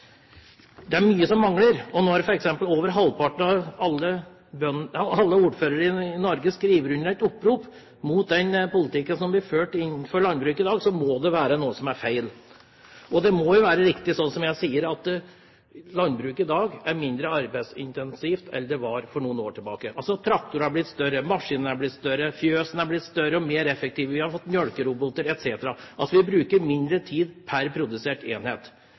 Det er mye som mangler. Når f.eks. over halvparten av alle ordførere i Norge skriver under på et opprop mot den politikken som blir ført innenfor landbruket i dag, må det være noe som er feil. Det må være riktig slik jeg sier at landbruket i dag er mindre arbeidsintensivt enn det var for noen år tilbake. Traktorene er blitt større, maskinene er blitt større, fjøsene er blitt større og mer effektive, vi har fått melkeroboter etc. – vi bruker mindre tid per produsert enhet.